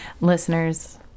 Listeners